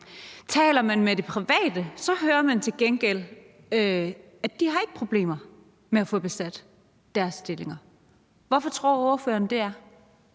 Taler man med det private, hører man til gengæld, at de ikke har problemer med at få besat deres stillinger. Hvordan tror ordføreren det